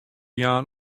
jaan